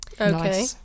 Okay